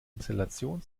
installation